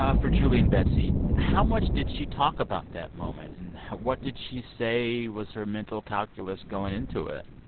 ah for julie and betsy, how much did she talk about that moment? and what did she say was her mental calculus going into it?